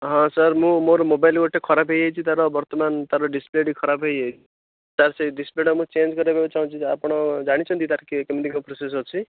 ହଁ ସାର୍ ମୁଁ ମୋର ମୋବାଇଲ୍ ଗୋଟେ ଖରାପ ହେଇଯାଇଛି ତା'ର ବର୍ତ୍ତମାନ ତା'ର ଡିସପ୍ଲେଟି ଖରାପ ହେଇ ଯାଇଛି ତା'ର ସେ ଡିସପ୍ଲେଟି ମୁଁ ଚେଞ୍ଜ କରିବା ପାଇଁ ଚାହୁଁଛି ଆପଣ ଜାଣିଛନ୍ତି ତା'ର କେମତି କ'ଣ ପ୍ରୋସେସ୍ ଅଛି